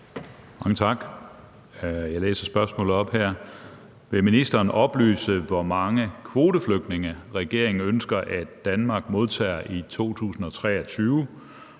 (DD): Tak. Jeg læser spørgsmålet op her: Vil ministeren oplyse, hvor mange kvoteflygtninge regeringen ønsker at Danmark modtager i 2023,